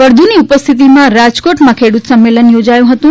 ફળદુની ઉપસ્થિતિમાં રાજકોટમાં ખેડૂત સંમેલન યોજાયુ હતુ